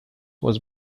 was